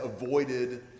avoided